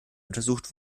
untersucht